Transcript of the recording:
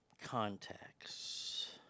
Contacts